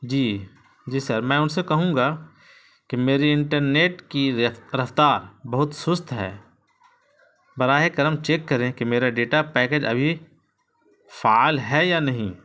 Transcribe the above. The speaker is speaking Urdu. جی جی سر میں ان سے کہوں گا کہ میری انٹرنیٹ کی ریفت رفتار بہت سست ہے براہ کرم چیک کریں کہ میرا ڈیٹا پیکیج ابھی فعال ہے یا نہیں